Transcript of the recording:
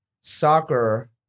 soccer